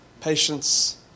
patience